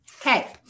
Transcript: Okay